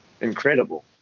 incredible